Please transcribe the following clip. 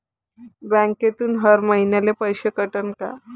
बँकेतून हर महिन्याले पैसा कटन का?